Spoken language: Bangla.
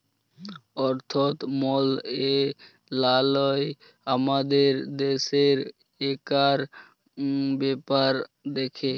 অথ্থ মলত্রলালয় আমাদের দ্যাশের টাকার ব্যাপার দ্যাখে